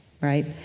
right